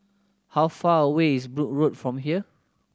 how far away is Brooke Road from here